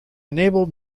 enabled